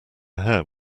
hair